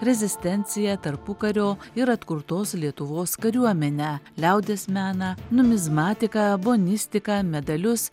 rezistenciją tarpukario ir atkurtos lietuvos kariuomenę liaudies meną numizmatiką bonistiką medalius